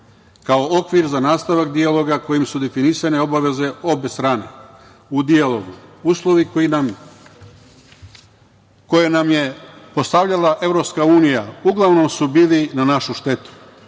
kao okvir za nastavak dijaloga kojim su definisane obaveze obe strane u dijalogu. Uslovi koje nam je postavljala Evropska unija uglavnom su bili na našu štetu,